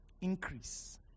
increase